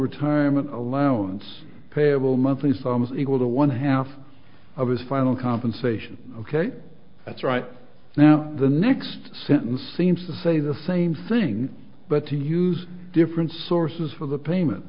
retirement allowance payable monthly sums equal to one half of his final compensation ok that's right now the next sentence seems to say the same thing but to use different sources for the payment